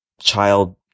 child